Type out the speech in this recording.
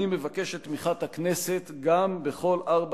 אני מבקש את תמיכת הכנסת גם בכל ארבע